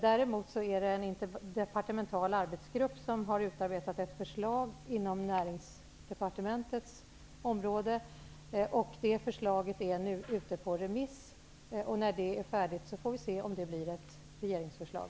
Däremot har en interdepartemental arbetsgrupp utarbetat ett förslag inom Näringsdepartementets område. Det förslaget är nu ute på remiss. När remissomgången är färdig får vi se om det blir något regeringsförslag.